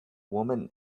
woman